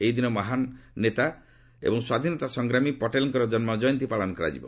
ଏହି ଦିନ ମଧ୍ୟ ମହାନ୍ ନେତା ଏବଂ ସ୍ୱାଧୀନତା ସଂଗ୍ରାମୀ ପଟେଲ୍ଙ୍କର ଜନ୍ମ ଜୟନ୍ତ୍ରୀ ପାଳନ କରାଯିବ